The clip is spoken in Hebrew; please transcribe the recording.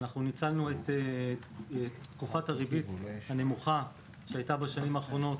ניצלנו את תקופת הריבית הנמוכה שהייתה בשנים האחרונות